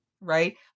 right